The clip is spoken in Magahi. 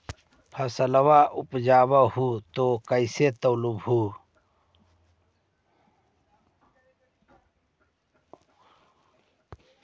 फसलबा उपजाऊ हू तो कैसे तौउलब हो?